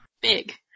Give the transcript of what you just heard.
Big